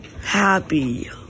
Happy